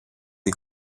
the